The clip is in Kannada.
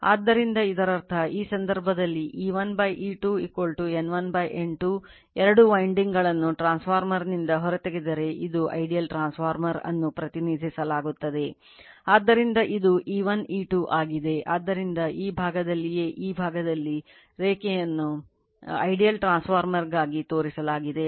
ಆದ್ದರಿಂದ ಮತ್ತು ಇದು R2 X2 ಎಂದರ್ಥ ಈ winding I1 ಮತ್ತು ಇದು I2 ಆಗಿದೆ